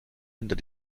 hinter